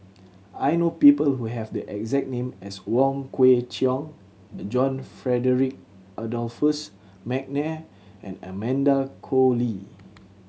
I know people who have the exact name as Wong Kwei Cheong John Frederick Adolphus McNair and Amanda Koe Lee